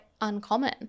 uncommon